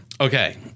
Okay